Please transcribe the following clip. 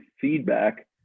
feedback